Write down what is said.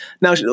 Now